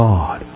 God